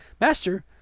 Master